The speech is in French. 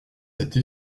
cette